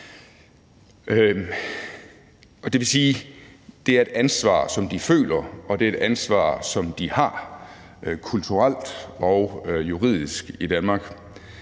Det vil sige, at det er et ansvar, som de føler, og et ansvar, som de har kulturelt og juridisk i Danmark.